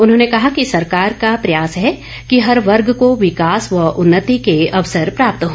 उन्होंने कहा कि सरकार का प्रयास है कि हर वर्ग को विकॉस व उन्नति के अवसर प्राप्त हो